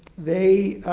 they